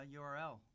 URL